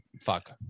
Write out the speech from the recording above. fuck